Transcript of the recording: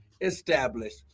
established